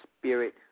spirit